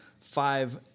five